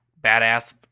badass